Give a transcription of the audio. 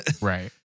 Right